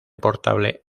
portable